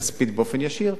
כספית באופן ישיר,